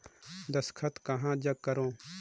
दस्खत कहा जग करो?